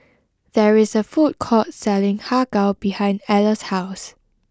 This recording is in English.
there is a food court selling Har Kow behind Alla's house